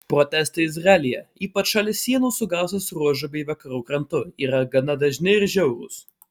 protestai izraelyje ypač šalia sienų su gazos ruožu bei vakarų krantu yra gana dažni ir žiaurūs